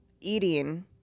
eating